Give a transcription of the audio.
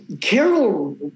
Carol